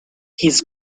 his